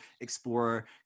explore